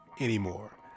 anymore